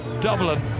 Dublin